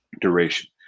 duration